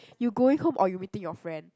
you going home or you meeting your friend